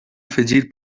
afegir